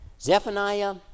Zephaniah